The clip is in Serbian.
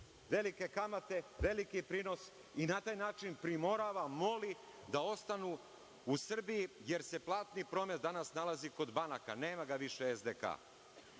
velike kamate, veliki prinos i na taj način primorava, moli, da ostanu u Srbiji, jer se platni promet danas nalazi kod banaka, nema ga više SDK.